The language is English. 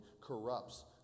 corrupts